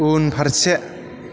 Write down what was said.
उनफारसे